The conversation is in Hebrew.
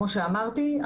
כמו שאמרתי,